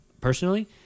personally